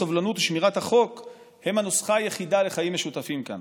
הסובלנות ושמירת החוק הם הנוסחה היחידה לחיים משותפים כאן.